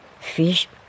Fish